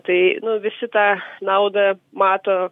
tai nu visi tą naudą mato